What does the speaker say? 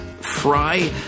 Fry